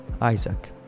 Isaac